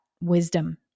wisdom